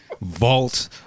vault